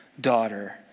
daughter